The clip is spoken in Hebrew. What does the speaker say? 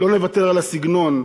לא נוותר על הסגנון,